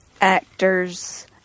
Actors